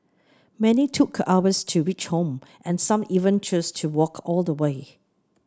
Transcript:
many took hours to reach home and some even chose to walk all the way